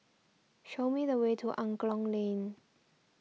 show me the way to Angklong Lane